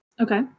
Okay